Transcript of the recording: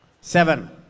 Seven